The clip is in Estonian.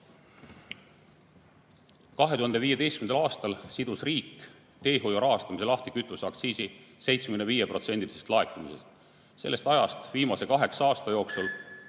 2015. aastal sidus riik teehoiu rahastamise lahti kütuseaktsiisi 75%‑lisest laekumisest. Sellest ajast, viimase kaheksa aasta jooksul